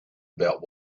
about